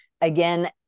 again